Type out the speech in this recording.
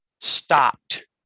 stopped